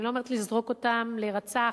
אני לא אומרת לזרוק אותם, להירצח,